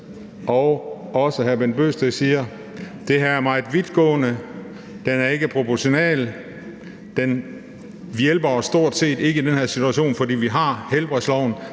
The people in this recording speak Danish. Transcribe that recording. og hvad hr. Bent Bøgsted siger, nemlig at det her er meget vidtgående. Lovforslaget er ikke proportionalt. Det hjælper stort set ikke i den her situation, fordi vi har helbredsloven,